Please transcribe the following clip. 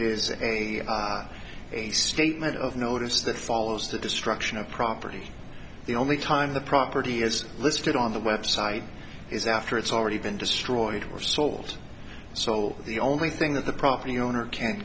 a a statement of notice that follows the destruction of property the only time the property is listed on the website is after it's already been destroyed or sold sold the only thing that the property owner can